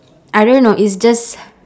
I don't know it's just